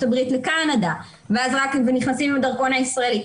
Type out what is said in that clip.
הברית לקנדה ואז נכנסים עם הדרכון הישראלי.